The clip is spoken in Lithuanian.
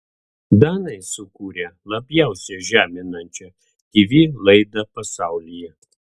danai sukūrė labiausiai žeminančią tv laidą pasaulyje